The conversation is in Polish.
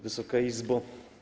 Wysoka Izbo!